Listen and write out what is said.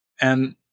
And-